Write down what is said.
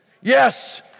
Yes